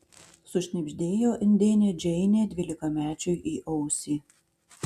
sušnibždėjo indėnė džeinė dvylikamečiui į ausį